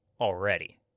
already